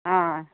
অ